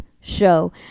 show